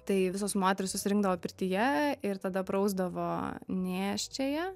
tai visos moterys susirinkdavo pirtyje ir tada prausdavo nėščiąją